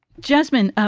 jasmine, ah